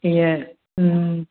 ईंअ